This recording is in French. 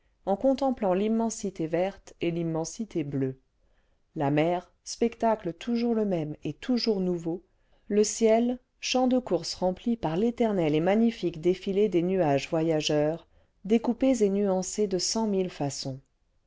en contemplant l'immensité verte et l'immensité bleue la mer spectacle toujours le même et toujours nouveau le ciel champ de courses rempli par l'éternel et magnifique défilé des nuages vojageurs découpés et nuancés de cent mille façons